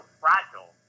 fragile